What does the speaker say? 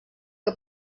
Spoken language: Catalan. que